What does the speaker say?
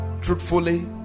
truthfully